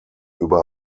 über